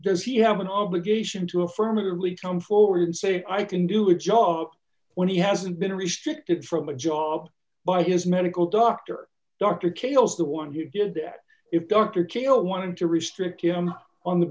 does he have an obligation to affirmatively come forward and say i can do a job when he hasn't been restricted from a job by his medical doctor dr kills the one who did that if dr kill wanted to restrict him on the